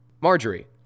Marjorie